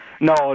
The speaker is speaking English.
No